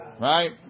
Right